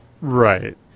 right